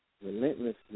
relentlessly